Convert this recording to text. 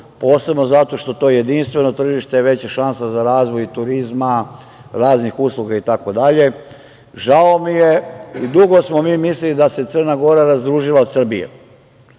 posebno zato što je to jedinstveno tržište, veća je šansa za razvoj turizma, raznih usluga, itd. Žao mi je. Dugo smo mi mislili da se Crna Gora razdružila od Srbije.